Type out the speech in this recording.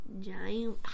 Giant